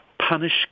punish